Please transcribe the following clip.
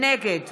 נגד